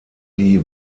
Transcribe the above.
die